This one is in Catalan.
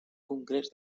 congrés